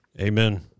Amen